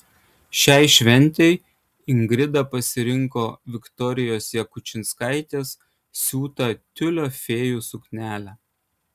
šiai šventei ingrida pasirinko viktorijos jakučinskaitės siūtą tiulio fėjų suknelę